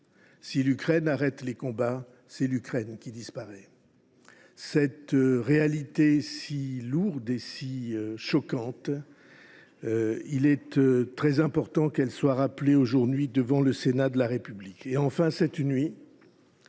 si l’Ukraine arrête les combats, c’est l’Ukraine qui disparaît. Cette réalité si lourde et si choquante, il est très important qu’elle soit rappelée aujourd’hui, devant le Sénat de la République.